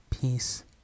peace